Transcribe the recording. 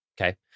okay